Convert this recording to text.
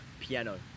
piano